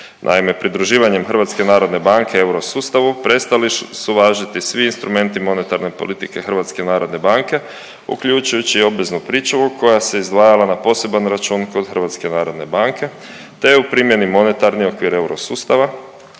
Naime, pridruživanjem HNB-a eurosustavu prestali su važiti svi instrumenti monetarne politike HNB-a uključujući i obveznu pričuvu koja se izdvajala na poseban račun kod HNB-a te je u primjeni monetarni okvir eurosustava